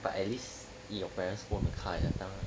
but at least your parents own a car ya